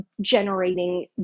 generating